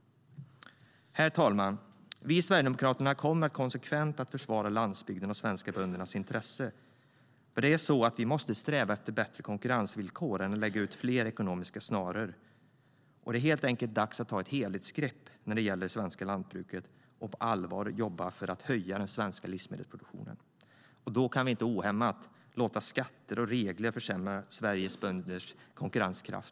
Herr talman! Vi i Sverigedemokraterna kommer konsekvent att försvara landsbygden och de svenska böndernas intressen. Vi måste sträva efter bättre konkurrensvillkor snarare än att lägga ut fler ekonomiska snaror. Det är helt enkelt dags att ta ett helhetsgrepp när det gäller det svenska lantbruket och på allvar jobba för att höja den svenska livsmedelsproduktionen. Då kan vi inte ohämmat låta skatter och regler försämra Sveriges bönders konkurrenskraft.